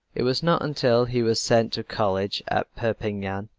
it was not until he was sent to college at perpignan,